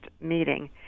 meeting